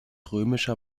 römischer